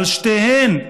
על שתיהן,